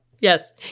Yes